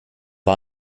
war